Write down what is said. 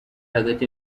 hagati